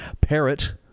parrot